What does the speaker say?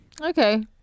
Okay